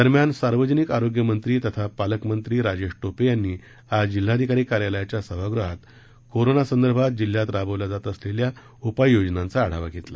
दरम्यान सार्वजनिक आरोग्य मंत्री तथा पालकमंत्री राजेश टोपे यांनी आज जिल्हाधिकारी कार्यालयाच्या सभागृहात कोरोना संदर्भात जिल्ह्यात राबवण्यात येत असलेल्या उपाय योजनांचा आढावा घेतला